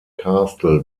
castle